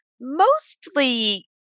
mostly